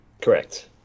Correct